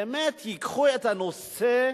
באמת שייקחו את הנושא,